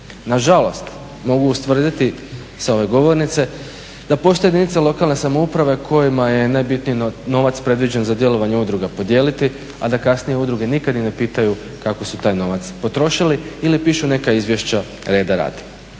Na žalost mogu ustvrditi sa ove govornice da postoje jedinice lokalne samouprave kojima je najbitniji novac predviđen za djelovanje udruga podijeliti, a da kasnije udruge nikad i ne pitaju kako su taj novac potrošili ili pišu neka izvješća reda radi.